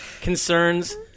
concerns –